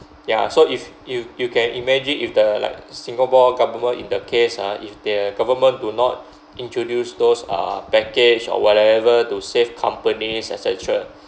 ya so if you you can imagine if the like singapore government in the case ah if the government do not introduce those uh package or whatever to save companies et cetera